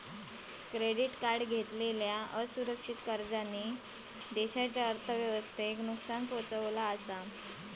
credit card घेतलेल्या असुरक्षित कर्जांनी देशाच्या अर्थव्यवस्थेक नुकसान पोहचवला हा